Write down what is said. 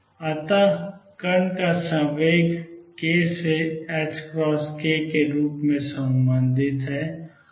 अतः कण का संवेग k से ℏk के रूप में संबंधित है